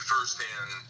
firsthand